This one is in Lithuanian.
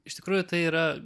iš tikrųjų tai yra